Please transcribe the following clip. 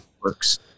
Works